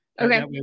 Okay